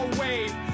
wave